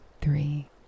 three